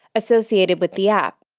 associated with the app.